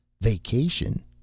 Vacation